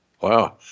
Wow